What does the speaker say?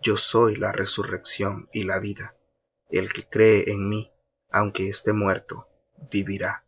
yo soy la resurrección y la vida el que cree en mí aunque esté muerto vivirá